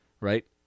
right